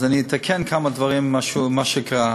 אז אני אתקן כמה דברים על מה שקרה.